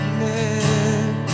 Amen